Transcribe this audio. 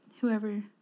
whoever